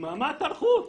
דממת אלחוט,